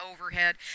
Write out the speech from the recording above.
overhead